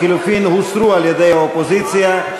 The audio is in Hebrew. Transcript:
לחלופין הוסרו על-ידי האופוזיציה.